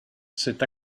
c’est